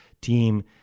team